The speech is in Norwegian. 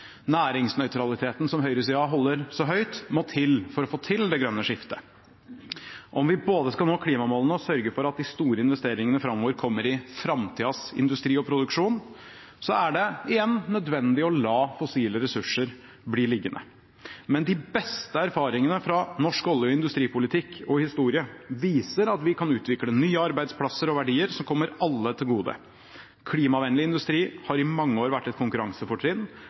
næringsnøytraliteten som høyresida holder så høyt, må til for å få til det grønne skiftet. Om vi både skal nå klimamålene og sørge for at de store investeringene framover kommer i framtidas industri og produksjon, er det – igjen – nødvendig å la fossile ressurser bli liggende. Men de beste erfaringene fra norsk olje- og industripolitikk og -historie, viser at vi kan utvikle nye arbeidsplasser og verdier som kommer alle til gode. Klimavennlig industri har i mange år vært et konkurransefortrinn,